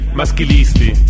maschilisti